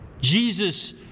Jesus